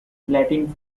latin